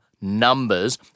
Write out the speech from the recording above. Numbers